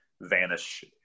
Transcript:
vanish